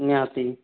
ନିହାତି